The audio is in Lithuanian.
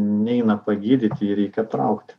neina pagydyti jį reikia traukt